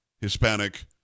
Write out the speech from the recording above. Hispanic